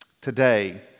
Today